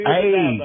Hey